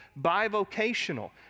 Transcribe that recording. bivocational